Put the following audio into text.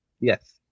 Yes